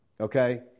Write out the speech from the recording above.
Okay